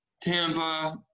Tampa